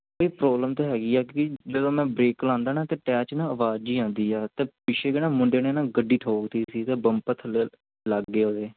ਭਾਅ ਜੀ ਪ੍ਰੋਬਲਮ ਤਾਂ ਹੈਗੀ ਆ ਕਿ ਜਦੋਂ ਮੈਂ ਬ੍ਰੇਕ ਲਾਉਂਦਾ ਨਾ ਤਾਂ ਟੈਰ 'ਚ ਨਾ ਆਵਾਜ਼ ਜਿਹੀ ਆਉਂਦੀ ਆ ਅਤੇ ਪਿੱਛੇ ਜਿਹੇ ਮੁੰਡੇ ਨੇ ਨਾ ਗੱਡੀ ਠੋਕ ਤੀ ਸੀ ਅਤੇ ਬੰਪਰ ਥੱਲੇ ਲੱਗ ਗਏ ਉਹਦੇ